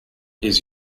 his